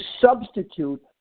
substitute